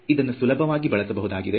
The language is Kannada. ಇದನ್ನು ಸುಲಭವಾಗಿ ಬಳಸಬಹುದಾಗಿದೆ